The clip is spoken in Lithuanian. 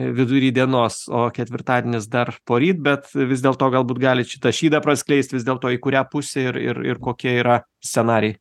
vidury dienos o ketvirtadienis dar poryt bet vis dėlto galbūt galit šitą šydą praskleist vis dėlto į kurią pusę ir ir ir kokie yra scenarijai